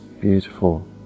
beautiful